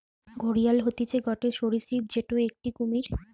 ঘড়িয়াল হতিছে গটে সরীসৃপ যেটো একটি কুমির